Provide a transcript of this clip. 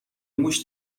موش